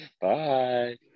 bye